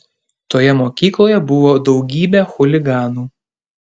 toje mokykloje buvo daugybė chuliganų